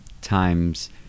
times